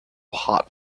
hot